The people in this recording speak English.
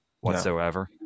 whatsoever